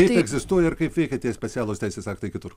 kaip egzistuoja ir kaip veikia tie specialūs teisės aktai kitur